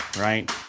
right